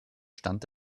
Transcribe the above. stand